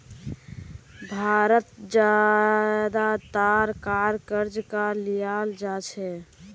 भारत ज्यादातर कार क़र्ज़ स लीयाल जा छेक